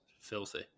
filthy